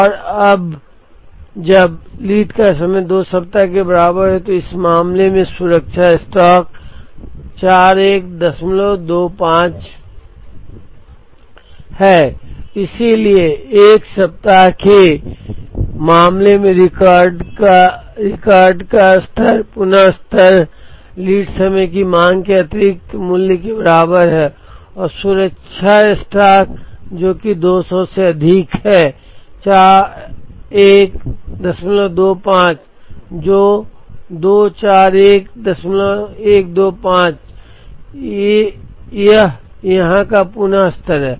तो अब जब लीड का समय 2 सप्ताह के बराबर है तो इस मामले में सुरक्षा स्टॉक 4125 है इसलिए 1 सप्ताह के मामले में रिकॉर्डर का स्तर पुन स्तर स्तर लीड समय की मांग के अतिरिक्त मूल्य के बराबर है और सुरक्षा स्टॉक जो कि 200 से अधिक है 4125 जो 241125 है यह यहाँ का पुन स्तर है